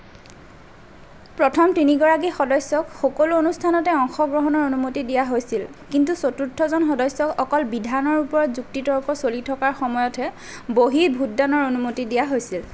প্ৰথম তিনিগৰাকী সদস্যক সকলো অনুষ্ঠানতে অংশগ্ৰহণৰ অনুমতি দিয়া হৈছিল কিন্তু চতুৰ্থজন সদস্যক অকল বিধানৰ ওপৰত যুক্তি তৰ্ক চলি থকাৰ সময়তহে বহি ভোটদানৰ অনুমতি দিয়া হৈছিল